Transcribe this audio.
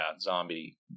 Zombie